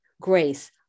grace